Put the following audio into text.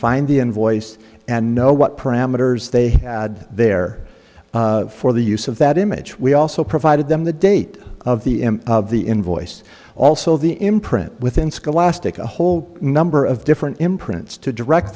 invoice and know what parameters they had there for the use of that image we also provided them the date of the end of the invoice also the imprint within scholastic a whole number of different imprints to direct